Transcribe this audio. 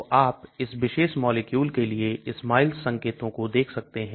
तो आप इस विशेष मॉलिक्यूल के लिए SMILES संकेतों को देख सकते हैं